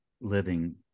living